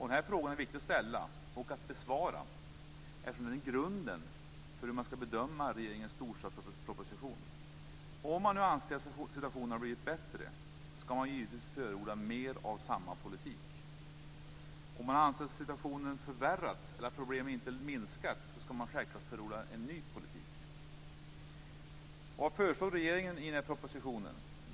Dessa frågor är viktiga att ställa och att besvara, eftersom de är grunden för hur man skall bedöma regeringens storstadsproposition. Om man nu anser att situationen har blivit bättre skall man givetvis förorda mer av samma politik. Om man anser att situationen har förvärrats eller att problemen inte har minskat skall man självklart förorda en ny politik. Vad föreslår då regeringen i den här propositionen?